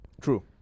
True